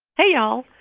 hey, y'all,